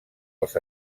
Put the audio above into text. als